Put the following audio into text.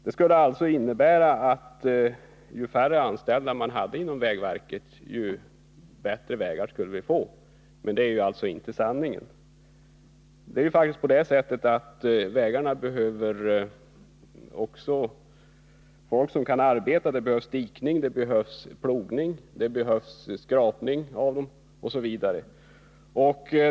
Det skulle innebära att ju färre anställda man hade inom vägverket, desto bättre vägar skulle vi få. Men det är alltså inte sanningen. Det är faktiskt så att det för underhållet av vägarna också behövs folk som kan arbeta. Det behövs dikning, plogning, skrapning osv.